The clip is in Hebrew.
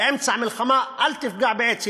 באמצע מלחמה אל תפגע בעץ,